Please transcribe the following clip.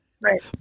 right